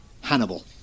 Hannibal